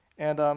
and